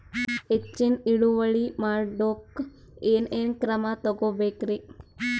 ಹೆಚ್ಚಿನ್ ಇಳುವರಿ ಮಾಡೋಕ್ ಏನ್ ಏನ್ ಕ್ರಮ ತೇಗೋಬೇಕ್ರಿ?